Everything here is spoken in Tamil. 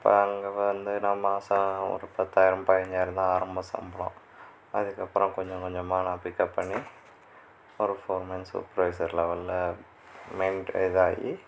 இப்போ அங்கே வந்து நம்ம மாசம் ஒரு பத்தாயிரம் பதினஞ்சாயிரம் தான் ஆரம்ப சம்பளம் அதுக்கப்புறம் கொஞ்சம் கொஞ்சமாக நான் பிக்கப் பண்ணி ஒரு ஃபோர்மேன் சூப்பர்வைசர் லெவல்ல மெயின்டைன் இதாகி